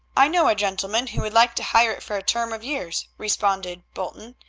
i know a gentleman who would like to hire it for a term of years, responded bolton.